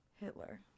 Hitler